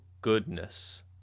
goodness